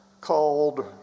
called